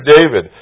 David